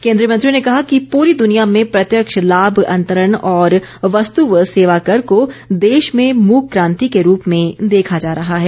केंद्रीय मंत्री ने कहा कि पूरी दुनिया में प्रत्यक्ष लाभ अंतरण और वस्तु और सेवा कर को देश में मूक क्रांति के रूप में देखा जा रहा है